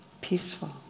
peaceful